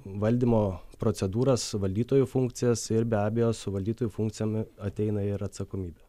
valdymo procedūras valdytojų funkcijas ir be abejo su valdytojų funkcijomi ateina ir atsakomybė